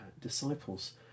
disciples